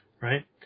right